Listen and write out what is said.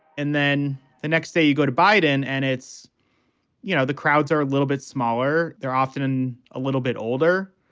and then the next day you go to biden and it's you know, the crowds are a little bit smaller. they're often a little bit older.